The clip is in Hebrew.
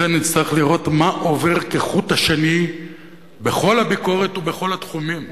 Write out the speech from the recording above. לכן נצטרך לראות מה עובר כחוט השני בכל הביקורת ובכל התחומים